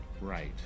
right